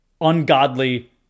ungodly